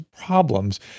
problems